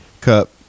cup